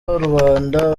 rubanda